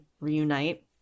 reunite